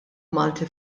malti